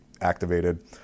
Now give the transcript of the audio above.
activated